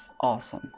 awesome